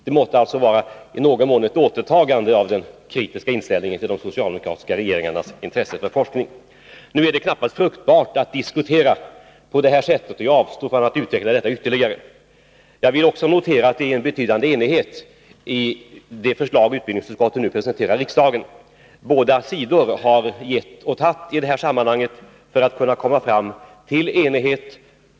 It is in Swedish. Det måtte i någon mån vara ett återtagande av det kritiska uttalandet om de socialdemokratiska regeringarnas intresse för forskning. Det är knappast fruktbart att diskutera på detta sätt, och jag avstår från att utveckla detta ytterligare. Jag vill notera att det råder en betydande enighet om det förslag som utbildningsutskottet nu presenterar riksdagen. Båda sidor har i detta sammanhang givit och tagit för att vi skulle komma fram till enighet.